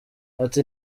ati